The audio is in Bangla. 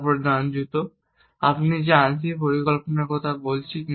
তারপর ডান জুতা আমরা যে আংশিক পরিকল্পনার কথা বলেছি